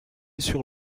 sur